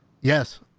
yes